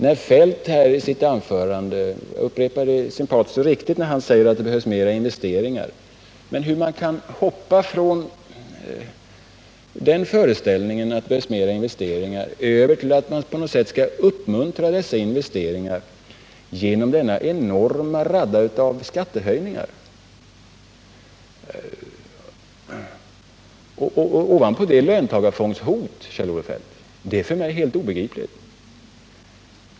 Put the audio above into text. Kjell-Olof Feldt säger i sitt anförande att det behövs mera investeringar — jag upprepar att det är sympatiskt och riktigt när han säger detta — men hur han kan hoppa från den föreställningen att det behövs mera investeringar över till att man på något sätt skulle kunna uppmuntra dessa investeringar genom denna enorma rad av skattehöjningar ovanpå löntagarfondhotet är för mig helt obegripligt.